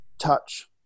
touch